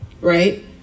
right